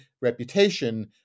reputation